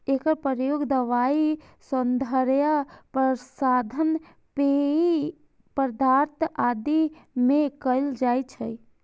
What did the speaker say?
एकर प्रयोग दवाइ, सौंदर्य प्रसाधन, पेय पदार्थ आदि मे कैल जाइ छै